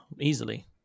easily